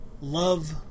love